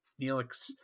Neelix